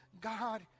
God